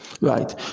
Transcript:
right